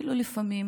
אפילו לפעמים